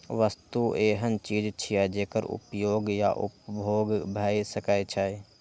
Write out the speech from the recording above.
वस्तु एहन चीज छियै, जेकर उपयोग या उपभोग भए सकै छै